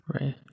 right